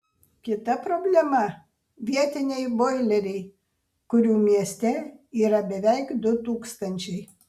kita problema vietiniai boileriai kurių mieste yra beveik du tūkstančiai